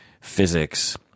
physics